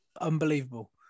unbelievable